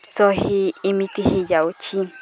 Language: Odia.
ଶହେ ଏମିତି ହେଇଯାଉଛି